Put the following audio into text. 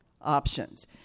options